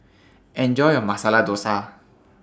Enjoy your Masala Dosa